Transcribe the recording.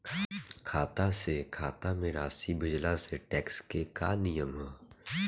खाता से खाता में राशि भेजला से टेक्स के का नियम ह?